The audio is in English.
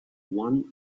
one